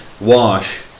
wash